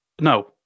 No